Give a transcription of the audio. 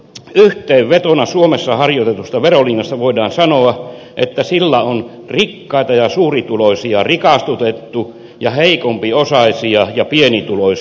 yhteenvetona suomessa harjoitetusta verolinjasta voidaan sanoa että sillä on rikkaita ja suurituloisia rikastutettu ja heikompiosaisia ja pienituloisia köyhdytetty